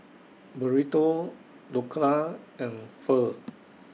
Burrito Dhokla and Pho